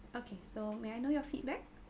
okay so may I know your feedback